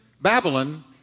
Babylon